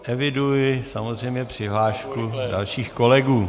Eviduji samozřejmě přihlášku dalších kolegů.